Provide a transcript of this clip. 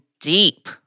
deep